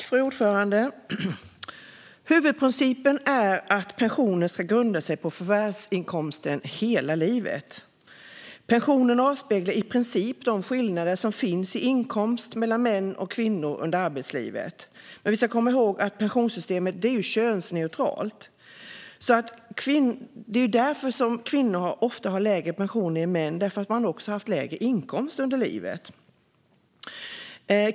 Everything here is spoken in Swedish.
Fru talman! Huvudprincipen är att pensionen ska grunda sig på förvärvsinkomsten hela livet. Pensionen avspeglar i princip de skillnader i inkomst som finns mellan män och kvinnor under arbetslivet. Men vi ska komma ihåg att pensionssystemet är könsneutralt. Kvinnor har ofta lägre pensioner än män därför att de också har haft lägre inkomst under livet.